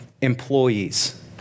employees